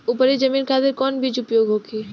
उपरी जमीन खातिर कौन बीज उपयोग होखे?